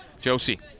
Josie